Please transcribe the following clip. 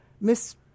Miss